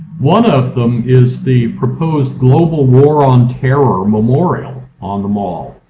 one of them is the proposed, global war on terror memorial on the mall,